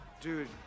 Dude